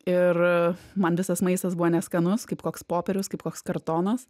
ir man visas maistas buvo neskanus kaip koks popierius kaip koks kartonas